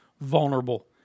vulnerable